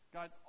God